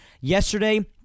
Yesterday